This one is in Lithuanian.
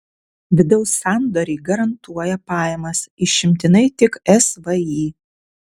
vidaus sandoriai garantuoja pajamas išimtinai tik svį